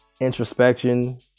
introspection